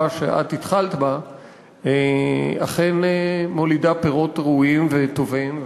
שאת התחלת בה אכן מולידה פירות ראויים וטובים,